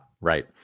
Right